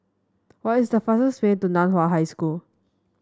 what is the fastest way to Nan Hua High School